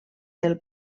del